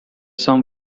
some